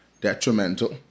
detrimental